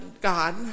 God